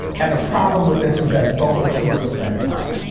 and the problem with this is that both are true at the same time.